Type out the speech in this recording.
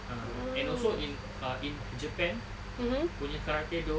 ah and also in ah in japan punya karate-do